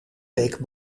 week